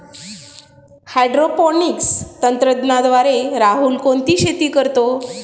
Hydroponics तंत्रज्ञानाद्वारे राहुल कोणती शेती करतो?